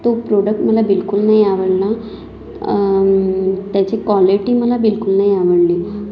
तो प्रॉडक्ट मला बिलकुल नाही आवडला त्याची क्वॉलिटी मला बिलकुल नाही आवडली